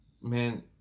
man